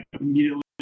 immediately